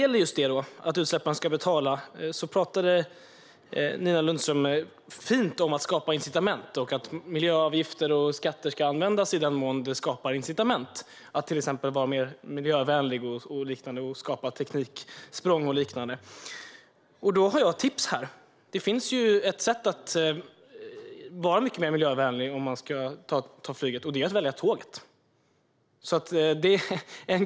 Apropå detta med att utsläpparen ska betala talade Nina Lundström fint om att skapa incitament. Hon sa att miljöavgifter och skatter ska användas i den mån de skapar incitament att vara mer miljövänlig och leder till tekniksprång och liknande. Jag har ett tips här. Det finns ju ett sätt att vara mycket mer miljövänlig, och det är att välja tåget.